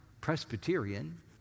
Presbyterian